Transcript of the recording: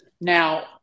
Now